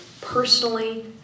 personally